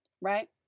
right